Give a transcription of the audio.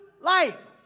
life